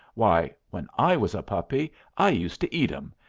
why, when i was a puppy i used to eat em,